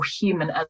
human